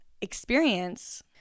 experience